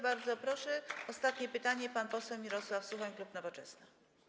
Bardzo proszę, ostatnie pytanie, pan poseł Mirosław Suchoń, klub Nowoczesna.